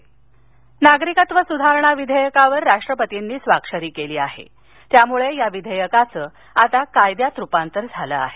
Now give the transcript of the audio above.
नागरिकत्व सधारणा नागरिकत्व सुधारणा विधेयकावर राष्ट्रपतीनी स्वाक्षरी केली आहे त्यामुळे या विधेयकाचं आता कायद्यात रुपांतर झालं आहे